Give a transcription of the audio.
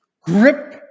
grip